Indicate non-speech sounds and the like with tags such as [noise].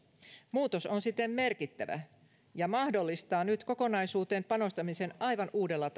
muutos on siten merkittävä ja mahdollistaa nyt kokonaisuuteen panostamisen aivan uudella [unintelligible]